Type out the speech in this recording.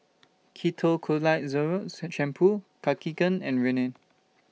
Ketoconazole Shampoo Cartigain and Rene